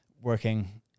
working